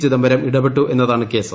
ചിദംബരം ഇടപെട്ടു എന്നതാണ് കേസ്